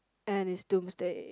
and it's doomsday